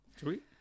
sweet